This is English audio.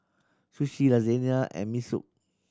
Sushi Lasagna and Mi Soup